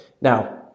Now